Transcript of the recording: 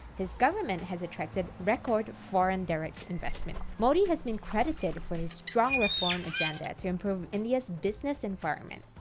his government has attracted record foreign direct investment. modi has been credited for his strong reform agenda to improve india's business environment.